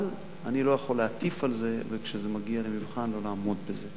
אבל אני לא יכול להטיף על זה וכשזה מגיע למבחן לא לעמוד בזה.